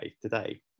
today